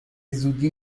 زودی